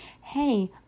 Hey